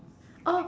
oh